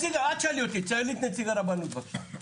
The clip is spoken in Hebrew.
ההסתייגות שלי זה שחלק מהדברים שנמצאים פה לא צריכים להיות פה,